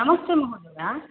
नमस्ते महोदय